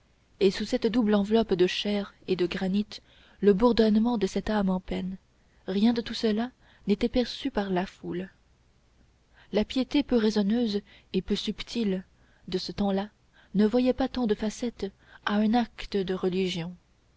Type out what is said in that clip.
et sous cette double enveloppe de chair et de granit le bourdonnement de cette âme en peine rien de tout cela n'était perçu par la foule la piété peu raisonneuse et peu subtile de ce temps-là ne voyait pas tant de facettes à un acte de religion